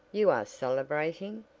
you are celebrating!